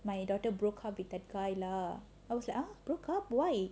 my daughter broke up with that guy lah I was like oh broke up why